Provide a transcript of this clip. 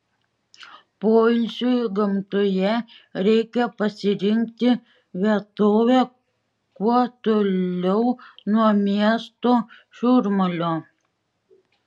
poilsiui gamtoje reikia pasirinkti vietovę kuo toliau nuo miesto šurmulio